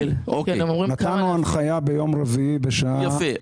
נתנו הנחיה ביום רביעי בשעה --- יפה.